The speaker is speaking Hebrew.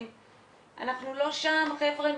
אנחנו לא שם חבר'ה,